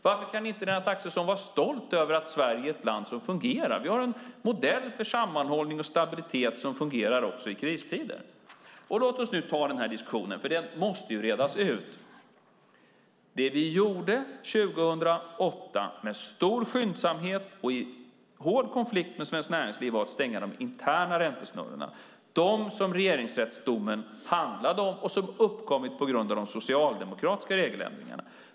Varför kan inte Lennart Axelsson vara stolt över att Sverige är ett land som fungerar? Vi har en modell för sammanhållning och stabilitet som fungerar också i kristider. Låt oss ta diskussionen eftersom den måste redas ut. Det vi gjorde 2008 med stor skyndsamhet och i hård konflikt med Svenskt Näringsliv var att stänga de interna räntesnurrorna, de som regeringsrättsdomen handlade om och som uppkommit på grund av de socialdemokratiska regeländringarna.